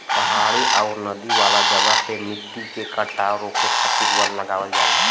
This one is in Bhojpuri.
पहाड़ी आउर नदी वाला जगह पे मट्टी के कटाव रोके खातिर वन लगावल जाला